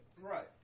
right